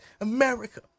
America